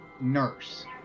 nurse